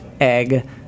egg